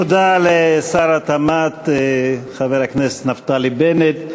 תודה לשר התמ"ת, חבר הכנסת נפתלי בנט.